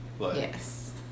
Yes